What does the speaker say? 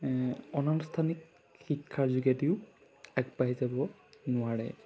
অনানুষ্ঠানিক শিক্ষাৰ যোগেদিও আগবাঢ়ি যাব নোৱাৰে